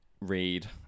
read